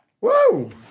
Woo